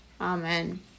Amen